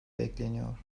bekleniyor